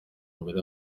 imbere